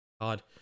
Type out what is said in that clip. God